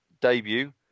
debut